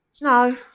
No